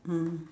mm